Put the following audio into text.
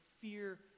fear